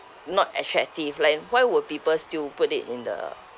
not attractive like why would people still put it in the